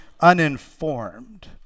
uninformed